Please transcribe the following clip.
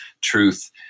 truth